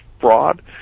fraud